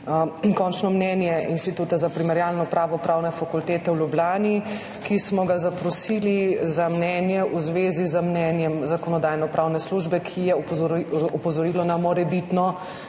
končno mnenje Inštituta za primerjalno pravo Pravne fakultete v Ljubljani, ki smo ga zaprosili za mnenje v zvezi z mnenjem Zakonodajno-pravne službe, ki je opozorila na morebitno